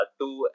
two